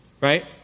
Right